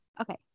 okay